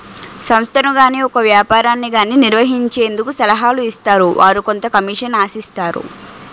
సంస్థను గాని ఒక వ్యాపారాన్ని గాని నిర్వహించేందుకు సలహాలు ఇస్తారు వారు కొంత కమిషన్ ఆశిస్తారు